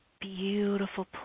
beautiful